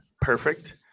perfect